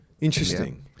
Interesting